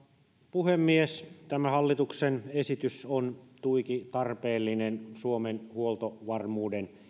puhemies tämä hallituksen esitys on tuiki tarpeellinen suomen huoltovarmuuden